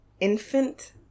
infant